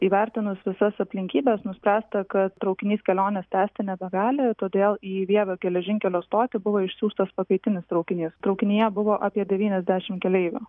įvertinus visas aplinkybes nuspręsta kad traukinys kelionės tęsti nebegali todėl į vievio geležinkelio stotį buvo išsiųstas pakaitinis traukinys traukinyje buvo apie devyniasdešimt keleivių